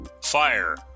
fire